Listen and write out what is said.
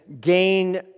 gain